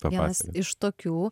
vienas iš tokių